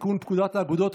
ביטוח בריאות ממלכתי (תיקון מס' 65)